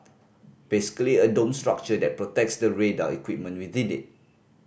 basically a dome structure that protects the radar equipment within it